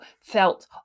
felt